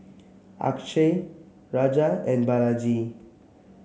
Akshay Raja and Balaji